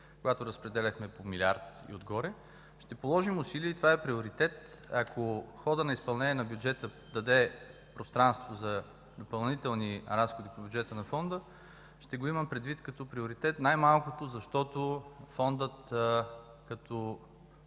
когато разпределяхме по милиард и отгоре. Ще положим усилия и това е приоритет. Ако в хода на изпълнение бюджетът даде пространство за допълнителни разходи по бюджета на Фонда, ще го имам предвид като приоритет, най-малкото защото Фондът като